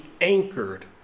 anchored